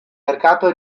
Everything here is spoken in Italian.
mercato